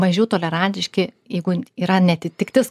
mažiau tolerantiški jeigu yra neatitiktis